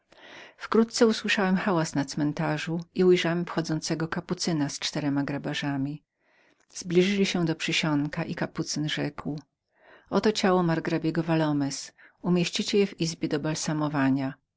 wkrótce usłyszałem stąpanie na cmentarzu i ujrzałem wchodzącego kapucyna z czterema grabarzami zbliżyli się do przysionku i kapucyn rzekł to ciało margrabiego valornez umieścicie w izbie do balsamowania